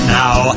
now